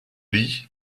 lit